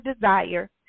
desire